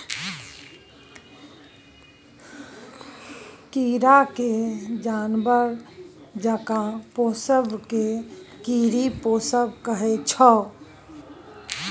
कीरा केँ जानबर जकाँ पोसब केँ कीरी पोसब कहय छै